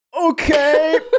okay